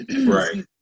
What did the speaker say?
Right